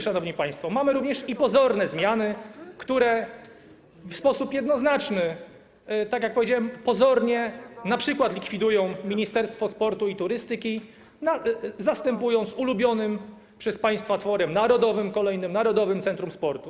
Szanowni państwo, mamy również pozorne zmiany, które w sposób jednoznaczny, tak jak powiedziałem, pozornie np. likwidują Ministerstwo Sportu i Turystyki, zastępując je ulubionym przez państwa tworem narodowym, kolejnym, Narodowym Centrum Sportu.